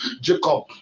Jacob